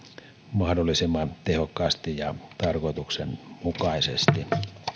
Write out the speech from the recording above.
mahdollisimman tehokkaasti ja tarkoituksenmukaisesti